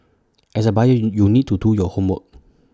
as A buyer you you need to do your homework